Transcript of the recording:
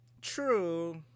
True